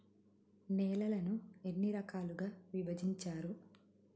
నేలలను ఎన్ని రకాలుగా విభజించారు?